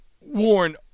warn